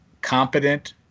competent